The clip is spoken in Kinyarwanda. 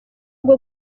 bwo